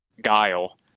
Guile